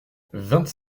vingt